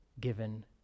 given